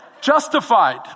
Justified